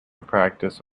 practice